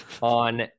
on